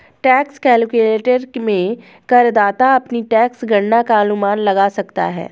tax calculator में करदाता अपनी टैक्स गणना का अनुमान लगा सकता है